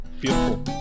Beautiful